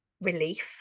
relief